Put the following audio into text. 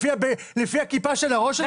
לפי הכיפה שעל הראש שלך?